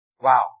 Wow